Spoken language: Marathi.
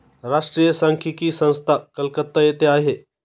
राष्ट्रीय सांख्यिकी संस्था कलकत्ता येथे आहे